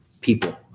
people